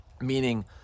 meaning